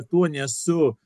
tuo nesu